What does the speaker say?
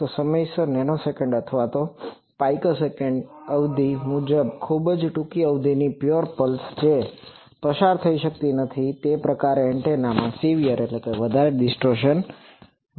તો સમયસર નેનોસેકન્ડ અથવા પિકોસેકન્ડ અવધિનો ખૂબ જ ટૂંકી અવધિની પ્યોર પલ્સ જે પસાર થઈ શકતી નથી અને તે પ્રકારના એન્ટેનામાં સીવરSevereવધારે ડિસ્ટોર્સન Distortionવિકૃતિ હશે